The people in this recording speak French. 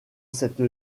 cette